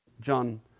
John